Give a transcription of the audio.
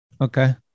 Okay